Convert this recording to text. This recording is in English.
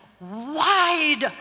wide